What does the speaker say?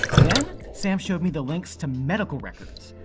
then sam showed me the links to medical records,